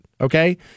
Okay